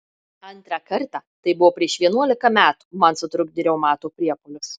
antrą kartą tai buvo prieš vienuolika metų man sutrukdė reumato priepuolis